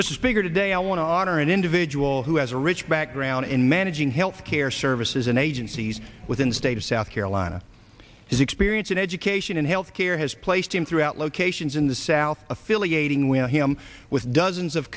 this is bigger today i want to honor an individual who has a rich background in managing health care services and agencies within the state of south carolina his experience in education and health care has placed him throughout locations in the south affiliating we know him with dozens of